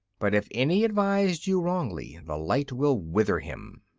but if any advised you wrongly, the light will wither him.